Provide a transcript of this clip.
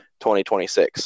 2026